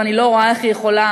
ואני לא רואה איך היא יכולה,